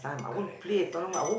correct correct correct